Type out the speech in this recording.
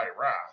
Wrath